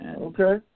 Okay